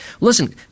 listen